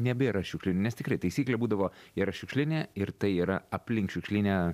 nebėra šiukšlių nes tikrai taisyklė būdavo yra šiukšlinė ir tai yra aplink šiukšlinę